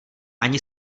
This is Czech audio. ani